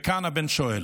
וכאן הבן שואל